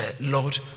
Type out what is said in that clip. Lord